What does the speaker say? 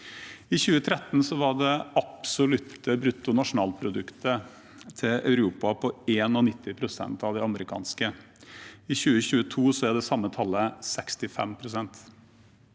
I 2013 var det absolutte bruttonasjonalproduktet til Europa på 91 pst. av det amerikanske. I 2022 er det samme tallet 65 pst.